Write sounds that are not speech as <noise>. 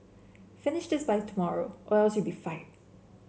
finish this by tomorrow or <unintelligible> you'll to be fired